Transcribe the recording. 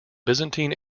byzantine